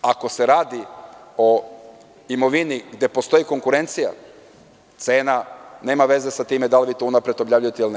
Ako se radi o imovini gde postoji konkurencija, cena nema veze sa time da li vi to unapred objavljujete ili ne.